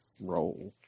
roll